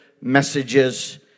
messages